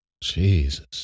Jesus